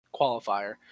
qualifier